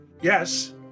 Yes